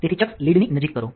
તેથી ચકસ લીડ ની નજીક કરો